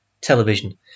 Television